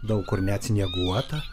daug kur net snieguota